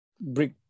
break